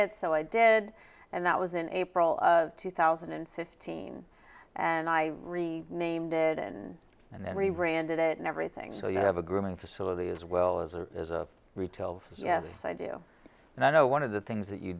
it so i did and that was in april of two thousand and fifteen and i read named it and and rebranded it and everything so you have a grooming facility as well as or as of retail yes i do and i know one of the things that you